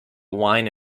wine